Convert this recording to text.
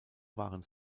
waren